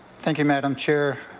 thank you, madam chair.